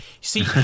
see